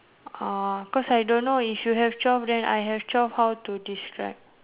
uh cause I don't know if you have twelve then I have twelve how to describe